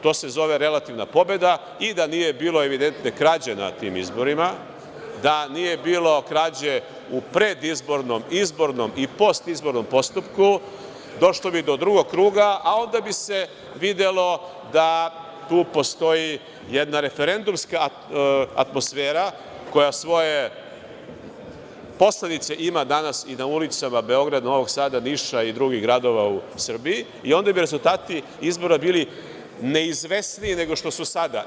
To se zove relativna pobeda i da nije bilo evidentne krađe na tim izborima, da nije bilo krađe u predizbornom, izbornom i postizbornom postupku došlo bi do drugog kruga, a onda bi se videlo da tu postoji jedna referendumska atmosfera koja svoje posledice ima danas i na ulicama Beograda, Novog Sada, Niša i drugih gradova u Srbiji, i onda bi rezultati bili neizvesnijim nego što su sada.